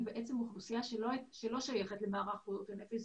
אוכלוסייה שאינה שייכת למערך בריאות הנפש,